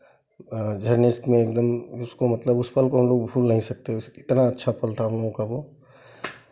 आ झरने में एकदम उसको मतलब उस पल को हम लोग भूल नहीं सकते हैं इतना अच्छा पल था हम लोगों का वो